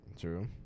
True